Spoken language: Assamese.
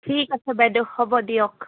ঠিক আছে বাইদেউ হ'ব দিয়ক